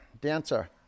Dancer